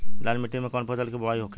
लाल मिट्टी में कौन फसल के बोवाई होखेला?